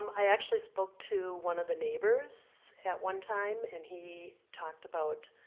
um i actually spoke to one of the neighbors at one time, and he talked about,